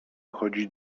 chodzić